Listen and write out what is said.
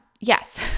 Yes